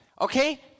Okay